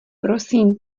prosím